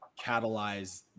catalyze